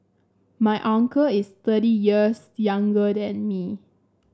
my uncle is thirty years younger than me